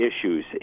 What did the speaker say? issues